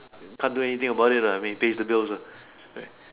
can't do anything about it lah I mean pays to bills lah right